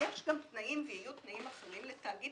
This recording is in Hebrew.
יש גם תנאים ויהיו תנאים אחרים לתאגיד